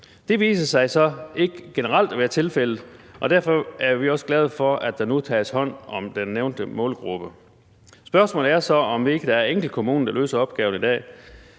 Det viser sig så ikke generelt at være tilfældet, og derfor er vi også glade for, at der nu tages hånd om den nævnte målgruppe. Spørgsmålet er så, om ikke der er enkelte kommuner, der løser opgaven i dag.